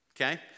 Okay